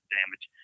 damage